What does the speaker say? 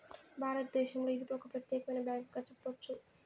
భారతదేశంలో ఇది ఒక ప్రత్యేకమైన బ్యాంకుగా చెప్పొచ్చు